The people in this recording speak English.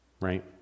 Right